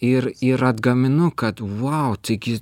ir ir atgaminu kad vau taigi